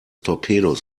torpedos